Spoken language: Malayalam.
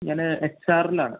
ഞാൻ എച്ച് ആർലാണ്